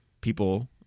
people